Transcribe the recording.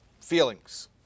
feelings